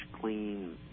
clean